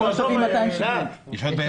נו, עזוב --- יש עוד פעימה?